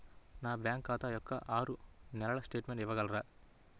నా బ్యాంకు ఖాతా యొక్క ఆరు నెలల స్టేట్మెంట్ ఇవ్వగలరా?